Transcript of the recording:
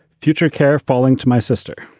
future care falling to my sister.